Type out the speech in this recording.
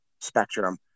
spectrum